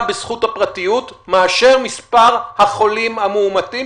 בזכות הפרטיות מאשר מספר החולים המאומתים,